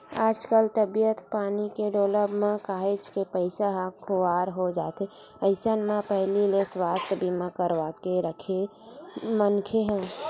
आजकल तबीयत पानी के डोलब म काहेच के पइसा ह खुवार हो जाथे अइसन म पहिली ले सुवास्थ बीमा करवाके के राखे मनखे ह